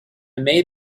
made